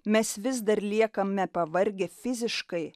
mes vis dar liekame pavargę fiziškai